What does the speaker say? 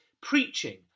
preaching